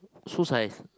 shoe size